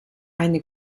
eine